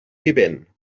vivent